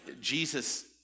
Jesus